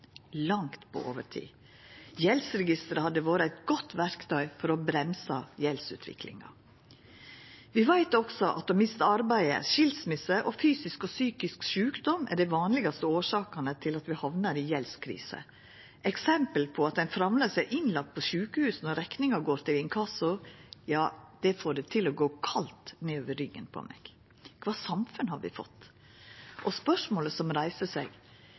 langt på overtid. Gjeldsregisteret hadde vore eit godt verktøy for å bremsa gjeldsutviklinga. Vi veit også at å mista arbeidet, skilsmisse og fysisk eller psykisk sjukdom er dei vanlegaste årsakene til at vi havnar i gjeldskrise. Eksempel på at ein framleis er innlagd på sjukehus når rekninga går til inkasso, får det til å gå kaldt nedover ryggen på meg. Kva for eit samfunn har vi fått? Spørsmål som reiser seg,